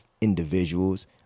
individuals